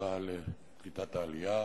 השרה לקליטת העלייה,